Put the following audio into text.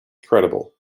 credible